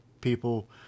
people